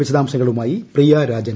വിശദംശങ്ങളുമായി Priyarajan